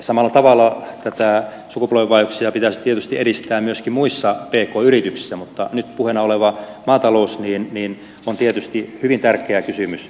samalla tavalla näitä sukupolvenvaihdoksia pitäisi tietysti edistää myöskin muissa pk yrityksissä mutta nyt puheena oleva maatalous on tietysti hyvin tärkeä kysymys